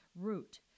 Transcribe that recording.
route